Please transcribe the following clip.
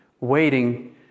waiting